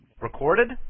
Recorded